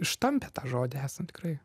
ištampė tą žodį esant tikrai